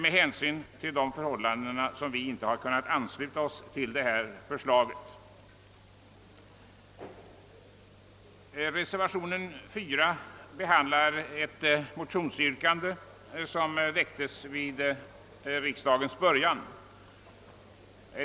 Med hänsyn till dessa förhållanden har vi inte kunnat ansluta oss till förslaget. Reservation 4 behandlar ett motionsyrkande som väcktes vid riksdagens början.